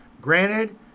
Granted